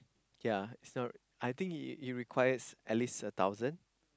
ya so I think it it requires at least a thousand